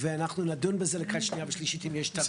ואנחנו נדון בזה לקראת הקריאה השנייה והשלישית אם יש תאריכים הגיוניים.